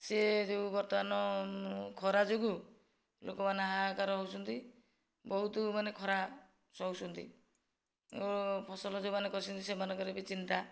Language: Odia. ସେ ଯେଉଁ ବର୍ତ୍ତମାନ ଖରା ଯୋଗୁଁ ଲୋକମାନେ ହାହାକାର ହେଉଛନ୍ତି ବହୁତ ମାନେ ଖରା ସହୁଛନ୍ତି ଓ ଫସଲ ଯେଉଁମାନେ କରିଛନ୍ତି ସେମାନଙ୍କର ବି ଚିନ୍ତା